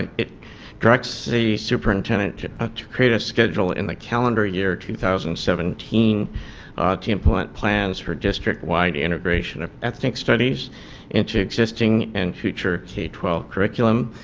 it directs the superintendent ah to create a schedule in the calendar year two thousand and seventeen to implement plans for districtwide integration of ethnic studies into existing and future k twelve curriculum,